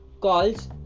calls